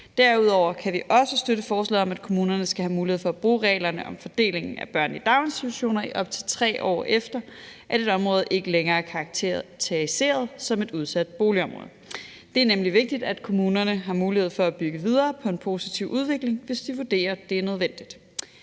Derudover kan vi også støtte forslaget om, at kommunerne skal have mulighed for at bruge reglerne om fordelingen af børnene i daginstitutioner, i op til tre år efter at et område ikke længere er karakteriseret som et udsat boligområde. Det er nemlig vigtigt, at kommunerne har mulighed for at bygge videre på en positiv udvikling, hvis de vurderer, at det er nødvendigt.